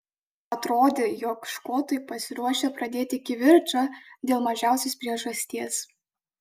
atrodė jog škotai pasiruošę pradėti kivirčą dėl mažiausios priežasties